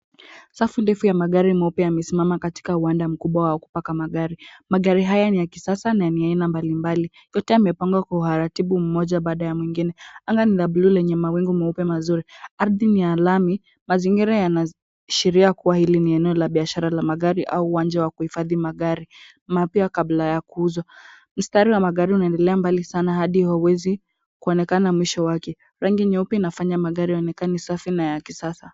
Safu ndefu ya magari meupe yamesimama katika uwanda mkubwa wa kupaka magari. Magari haya ni ya kisasa na ni ya aina mbalimbali. Yote yamepangwa kwa uharatibu mmoja baada ya mwingine. Anga ni la bluu lenye mawingu meupe mazuri. Ardhi ni ya lami, mazingira yanaashiria kuwa hili ni eneo la biashara la magari au uwanja wa kuhifadhi magari mapya kabla ya kuuzwa. Mstari wa magari unaendelea mbali sana hadi hauwezi kuonekana mwisho wake. Rangi nyeupe inafanya magari yaonekane safi na ya kisasa.